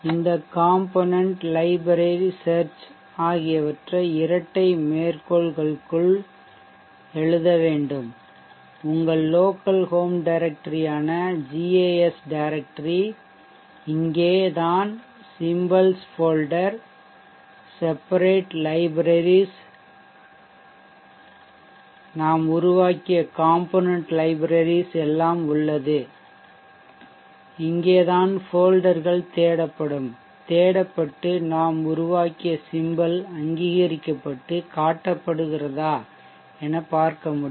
இந்த component library search ஆகியவற்றை இரட்டை மேற்கோள்களுக்குள்" " எழுத வேண்டும் உங்கள் local home directory ஆன gas directory இங்கே தான் symbols folder separate libraries நாம் உருவாக்கிய component libraries எல்லாம் உள்ளது இங்கே தான் ஃபோல்டர்கள் தேடப்படும் தேடப்பட்டு நாம் உருவாக்கிய symbol அங்கீகரிக்கப்பட்டு காட்டப்படுகிறதா என பார்க்க முடியும்